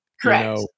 Correct